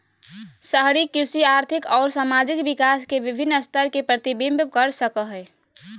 शहरी कृषि आर्थिक अउर सामाजिक विकास के विविन्न स्तर के प्रतिविंबित कर सक हई